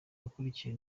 akurikiwe